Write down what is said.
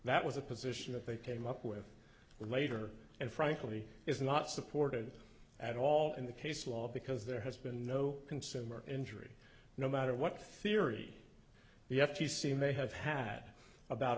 that was a position that they came up with later and frankly is not supported at all in the case law because there has been no consumer injury no matter what theory the f c c may have had about